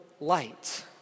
light